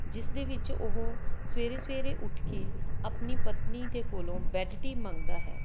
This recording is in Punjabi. ਜਿਸਦੇ ਵਿੱਚ ਉਹ ਸਵੇਰੇ ਸਵੇਰੇ ਉੱਠ ਕੇ ਆਪਣੀ ਪਤਨੀ ਦੇ ਕੋਲੋਂ ਬੈੱਡ ਟੀ ਮੰਗਦਾ ਹੈ